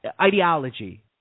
ideology